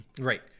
right